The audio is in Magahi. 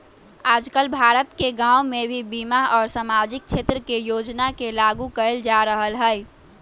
आजकल भारत के गांव में भी बीमा और सामाजिक क्षेत्र के योजना के लागू कइल जा रहल हई